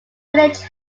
village